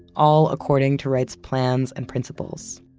all according to wright's plans and principles